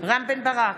רם בן ברק,